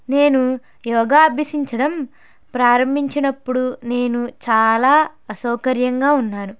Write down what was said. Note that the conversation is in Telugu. నేను యోగా అభ్యసించడం ప్రారంభించినప్పుడు నేను చాలా అసౌకర్యంగా ఉన్నాను